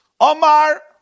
Omar